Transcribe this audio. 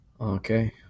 Okay